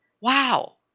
Wow